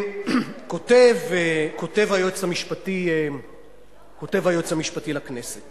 כותב היועץ המשפטי לכנסת